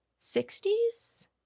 60s